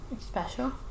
special